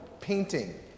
painting